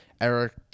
Eric